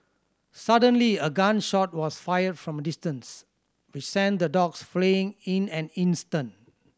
suddenly a gun shot was fired from a distance which sent the dogs fleeing in an instant